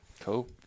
Cool